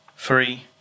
Three